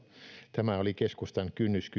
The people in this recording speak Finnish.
tämä oli keskustan kynnyskysymys hallitusneuvotteluissa